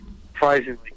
surprisingly